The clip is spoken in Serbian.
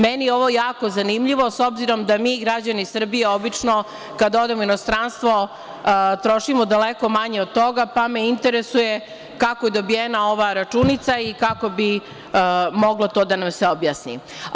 Meni je ovo jako zanimljivo, s obzirom da mi, građani Srbije, obično kada odemo u inostranstvo trošimo daleko manje od toga, pa me interesuje kako je dobijena ova računica i kako bi moglo to da nam se objasni?